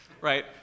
right